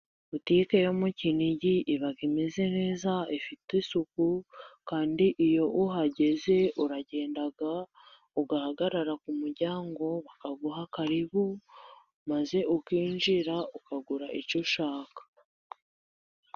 Butike yo mu Kinigi iba imeze neza ifite isuku, kandi iyo uhageze uragenda ugahagarara ku muryango bakaguha karibu, maze ukinjira ukagura icyo ushaka.